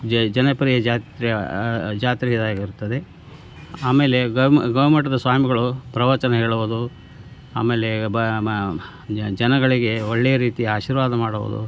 ಜಯ್ ಜನಪ್ರಿಯ ಜಾತ್ರೆ ಜಾತ್ರೆ ಇದಾಗಿರುತ್ತದೆ ಆಮೇಲೆ ಗವಿ ಮ ಗವಿ ಮಠದ ಸ್ವಾಮಿಗಳು ಪ್ರವಚನ ಹೇಳುವುದು ಆಮೇಲೆ ಬ ಮ ಜನಗಳಿಗೆ ಒಳ್ಳೆಯ ರೀತಿಯ ಆಶೀರ್ವಾದ ಮಾಡುವುದು